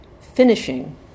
finishing